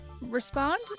respond